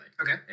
Okay